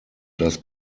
das